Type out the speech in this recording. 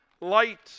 light